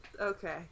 okay